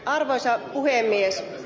arvoisa puhemies